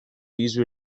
these